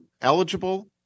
eligible